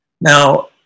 Now